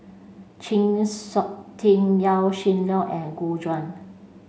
Chng Seok Tin Yaw Shin Leong and Gu Juan